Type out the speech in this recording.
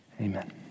Amen